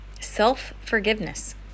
Self-forgiveness